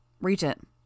Regent